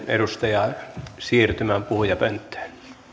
edustajaa siirtymään puhujapönttöön